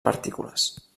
partícules